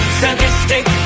sadistic